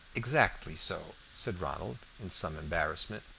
exactly so, said ronald, in some embarrassment.